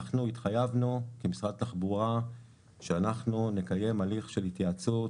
אנחנו התחייבנו כמשרד התחבורה שאנחנו נקיים הליך של התייעצות